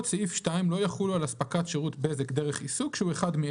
נעבור עליהם אחד אחד: